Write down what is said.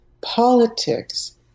politics